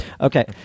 Okay